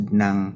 ng